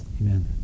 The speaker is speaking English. Amen